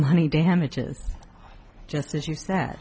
money damages just as you said